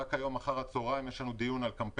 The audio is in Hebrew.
היום אחר-הצהריים יש לנו דיון על קמפיין